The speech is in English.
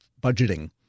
budgeting